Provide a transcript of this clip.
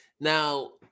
Now